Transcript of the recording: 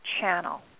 channel